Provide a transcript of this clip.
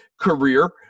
career